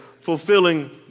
fulfilling